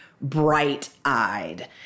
bright-eyed